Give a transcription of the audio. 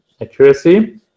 accuracy